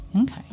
Okay